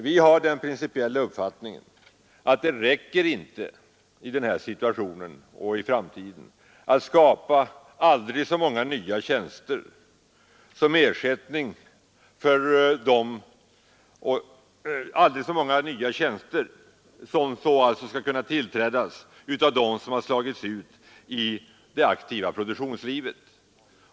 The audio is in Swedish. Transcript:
Vi har den principiella uppfattningen att det i nusituationen och i framtiden inte räcker med att skapa aldrig så många nya tjänster, som skall kunna tillträdas av dem som slagits ut ur det aktiva produktionslivet.